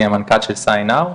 אני המנכ"ל של sign now.